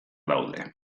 daude